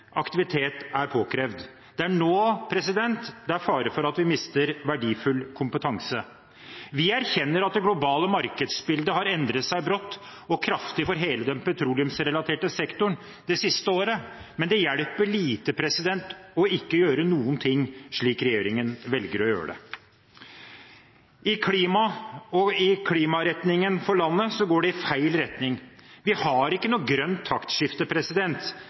aktivitet nå. Og det er jo nå aktivitet er påkrevd. Det er nå det er fare for at vi mister verdifull kompetanse. Vi erkjenner at det globale markedsbildet har endret seg brått og kraftig for hele den petroleumsrelaterte sektoren det siste året. Men det hjelper lite å ikke gjøre noen ting, slik regjeringen velger. Når det gjelder klima, går det i feil retning for landet. Vi har ikke noe grønt taktskifte,